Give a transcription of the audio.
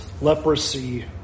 leprosy